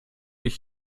ich